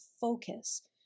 focus